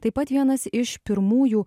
taip pat vienas iš pirmųjų